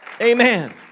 Amen